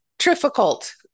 Difficult